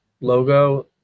logo